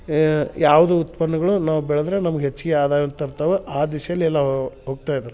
ಯ್ ಯಾವುದು ಉತ್ಪನ್ನಗಳು ನಾವು ಬೆಳೆದರೆ ನಮ್ಗ ಹೆಚ್ಚಿಗೆ ಆದಾಯವನ್ನ ತರ್ತವೊ ಆ ದಿಶೆಯಲ್ಲೆ ಎಲ್ಲವೂ ಹೋಗ್ತಾ ಇದ್ದಾರೆ